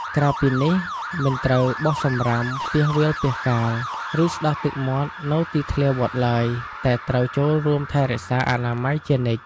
ក្រៅពីនេះមិនត្រូវបោះសំរាមពាសវាលពាសកាល ឬស្តោះទឹកមាត់នៅទីធ្លាវត្តឡើយ តែត្រូវចូលរួមថែរក្សាអនាម័យជានិច្ច។